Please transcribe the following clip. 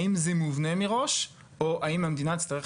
האם זה מובנה מראש או האם המדינה תצטרך